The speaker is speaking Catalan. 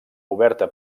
oberta